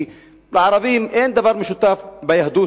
כי לערבים אין דבר משותף עם היהדות,